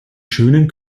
schönen